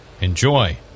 Enjoy